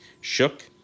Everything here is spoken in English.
shook